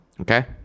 Okay